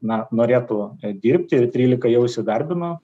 na norėtų dirbti ir trylika jau įsidarbino